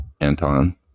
Anton